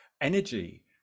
energy